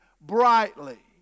brightly